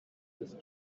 this